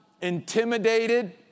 intimidated